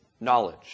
Knowledge